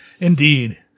indeed